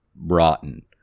rotten